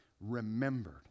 remembered